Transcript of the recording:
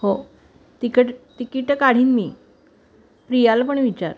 हो तिकट तिकीटं काढीन मी प्रियाला पण विचार